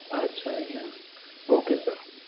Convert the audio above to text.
अच्छा हीअं okay sir